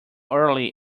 early